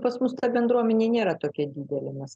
pas mus ta bendruomenė nėra tokia didelė